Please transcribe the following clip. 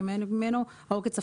מדובר על חוקרים,